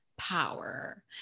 Power